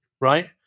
Right